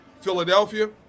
Philadelphia